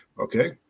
Okay